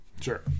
Sure